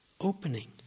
opening